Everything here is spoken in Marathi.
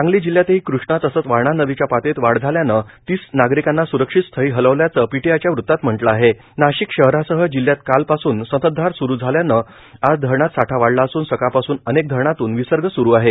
सांगली जिल्ह्यातही कृष्णा तसंच वारणा नदीच्या पातळीत वाढ झाल्यानंए तीस नागरिकांना सुरक्षित स्थळी हलवल्याचंए पीटीआयच्या वृत्तात म्हटलं आहेण नाशिक शहरासह जिल्ह्यात काल पासून संततधार सूरू झाल्यानं आज धरणात साठा वाढला असून सकाळपासून अनेक धरणातून विसर्ग सुरू आहे